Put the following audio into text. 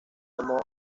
tomó